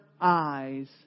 eyes